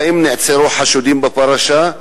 והאם נעצרו חשודים בפרשה?